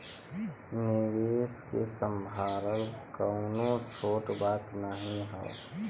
निवेस के सम्हारल कउनो छोट बात नाही हौ